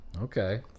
Okay